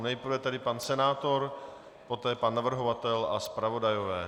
Nejprve tedy pan senátor, poté pan navrhovatel a zpravodajové.